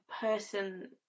person